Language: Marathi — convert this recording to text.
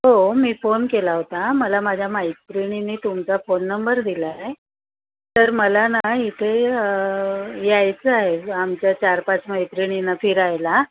हो मी फोन केला होता मला माझ्या मैत्रिणींनी तुमचा फोन नंबर दिला आहे तर मला ना इथे यायचं आहे आमच्या चार पाच मैत्रिणींना फिरायला